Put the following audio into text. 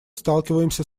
сталкиваемся